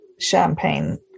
champagne